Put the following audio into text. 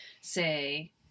say